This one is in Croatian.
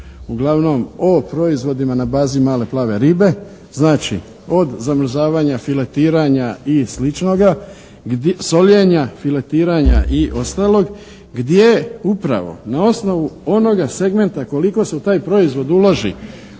uglavnom o proizvodima na bazi male plave ribe. Znači od zamrzavanja, filetiranja i sličnoga, soljenja, filetiranja i ostalog gdje upravo na osnovu onoga segmenta koliko se u taj proizvod uloži